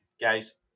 Guys